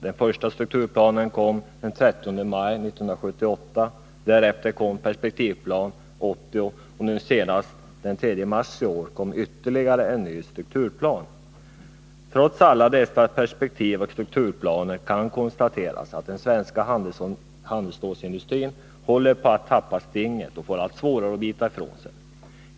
Den första strukturplanen kom den 30 maj 1978, därefter kom Perspektivplan 1980, och nu senast den 3 mars i år en ny strukturplan. Trots alla dessa perspektivoch strukturplaner kan konstateras att den svenska handelsstålsindustrin håller på att tappa stinget och får allt svårare att bita ifrån sig.